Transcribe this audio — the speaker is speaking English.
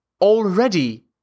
already